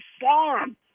farm